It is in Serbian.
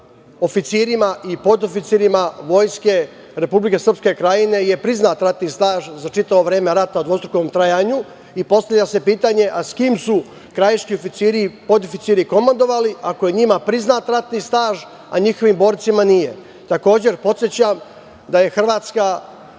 oficirima i podoficirima Vojske Republike Srpske Krajine je priznat ratni staž za čitavo vreme rata u dvostrukom trajanju. Postavlja se pitanje - a s kim su krajiški oficiri, podoficiri komandovali, ako je njima priznat ratni staž, a njihovim borcima nije? Takođe, podsećam da je Hrvatska